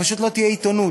פשוט לא תהיה עיתונות.